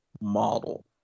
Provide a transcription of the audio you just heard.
model